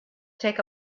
take